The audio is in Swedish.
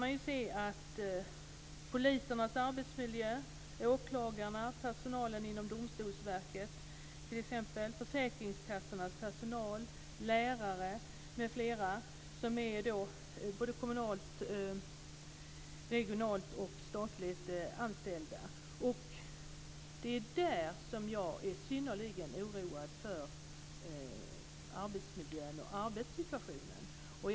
Man kan se på arbetsmiljön för polis, åklagare, personal inom domstolsverket, personal på försäkringskassorna, lärare m.fl. som är kommunalt, regionalt och statligt anställda. Där är jag synnerligen oroad för arbetsmiljön och arbetssituationen.